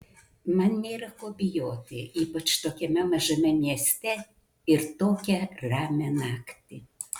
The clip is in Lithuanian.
man nėra ko bijoti ypač tokiame mažame mieste ir tokią ramią naktį